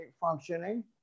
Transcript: functioning